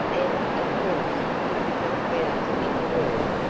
and, of course, you could not get us any word,